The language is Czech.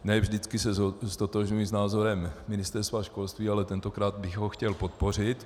Ne vždy se ztotožňuji s názorem Ministerstva školství, ale tentokrát bych ho chtěl podpořit.